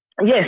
Yes